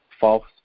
false